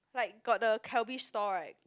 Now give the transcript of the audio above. like got the Calbee store right